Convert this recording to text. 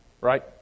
right